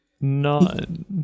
None